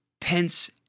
Pence